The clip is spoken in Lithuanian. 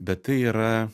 bet tai yra